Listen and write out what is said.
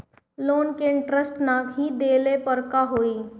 Loan के interest नाही देहले पर का होई?